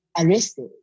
arrested